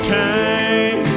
time